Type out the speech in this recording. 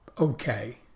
okay